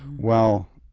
well,